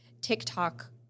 TikTok